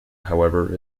however